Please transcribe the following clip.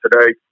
today